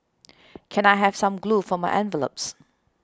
can I have some glue for my envelopes